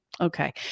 okay